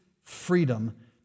freedom